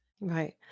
right